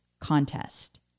contest